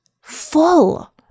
full